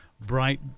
bright